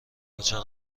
کجا